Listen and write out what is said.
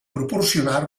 proporcionar